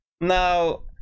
Now